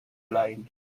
line